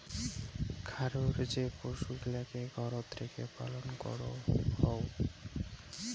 খারর যে পশুগিলাকে ঘরত রেখে পালন করঙ হউ